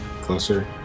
closer